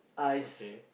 okay